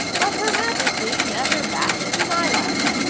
but her majesty never batted an eyelash.